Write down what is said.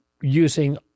using